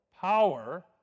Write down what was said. power